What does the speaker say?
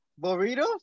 burritos